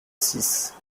six